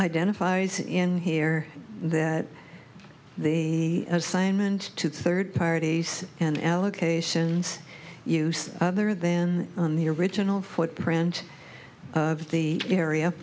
identifies in here that the assignment to third parties and allocations use other than on the original footprint of the area